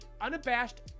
unabashed